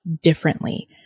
differently